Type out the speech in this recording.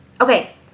okay